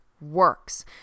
works